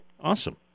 Awesome